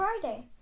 Friday